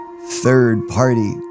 Third-Party